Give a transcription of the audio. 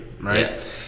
right